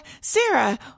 Sarah